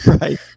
Right